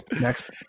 next